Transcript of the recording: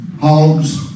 Hogs